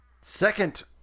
Second